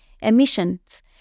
emissions